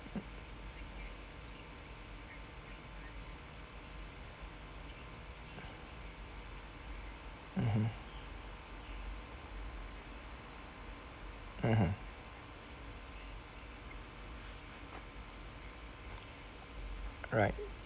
mmhmm mmhmm right